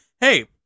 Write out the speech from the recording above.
Hey